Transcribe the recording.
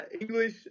English